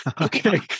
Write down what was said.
Okay